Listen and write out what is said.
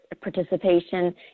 participation